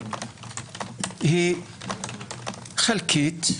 היא חלקית,